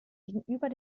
gegenüber